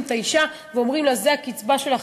את האישה ואומרים לה: זוהי הקצבה שלך,